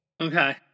Okay